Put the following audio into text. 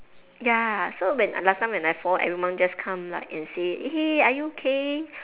ya so when last time when I fall everyone would just come and say like are you okay